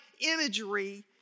imagery